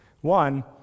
One